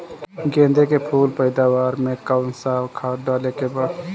गेदे के फूल पैदवार मे काउन् सा खाद डाले के बा?